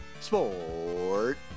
Sport